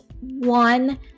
one